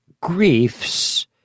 griefs